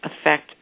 affect